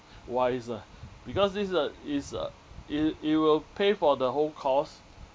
wise lah because this is a is a it it will pay for the whole course